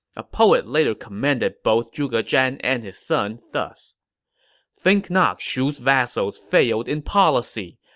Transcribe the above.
a poet later commended both zhuge zhan and his son thus think not shu's vassals failed in policy!